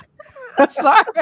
Sorry